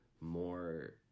more